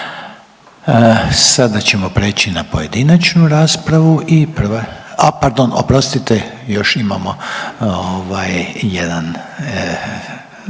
Sada ćemo prijeći na pojedinačnu raspravu i prva, a pardon oprostite još imamo ovaj